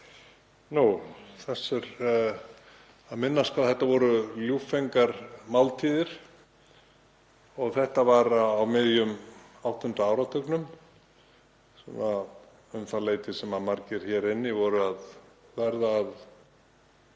Þess er að minnast hve þetta voru ljúffengar máltíðir. Þetta var á miðjum áttunda áratugnum, um það leyti sem margir hér inni voru að verða að